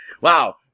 Wow